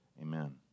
Amen